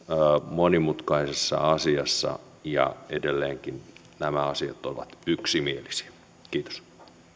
monimutkaisessa asiassa ja edelleenkin nämä asiat ovat yksimielisiä kiitos